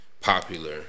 popular